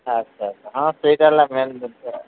ଆଚ୍ଛା ଆଚ୍ଛା ହଁ ସେଇଟା ହେଲା ମେନ୍ କଥା